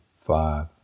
five